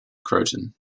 croton